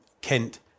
Kent